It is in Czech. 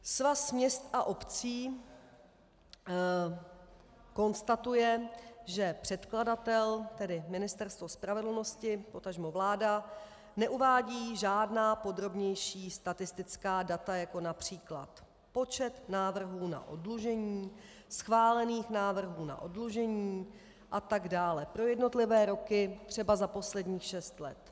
Svaz měst a obcí konstatuje, že předkladatel, tedy Ministerstvo spravedlnosti, potažmo vláda, neuvádí žádná podrobnější statistická data, jako například počet návrhů na oddlužení, schválených návrhů na oddlužení atd., pro jednotlivé roky třeba za posledních šest let.